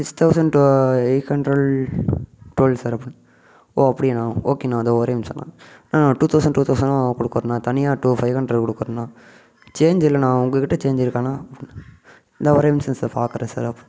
six thousand two eight hundred twelve sir அப்படி ஓ அப்படியாண்ணா ஓகேண்ணா இதோ ஒரே நிமிஷோண்ணா அண்ணா டூ தௌசண்ட் டூ தௌசண்னா கொடுக்குறோன்னா தனியாக டூ ஃபைவ் ஹண்ரட் கொடுக்கிறோண்ணா சேஞ்ச் இல்லைண்ணா உங்கக்கிட்ட சேஞ்ச் இருக்காண்ணா இந்தா ஒரே நிமிஷம் சார் பார்க்குறேன் சார்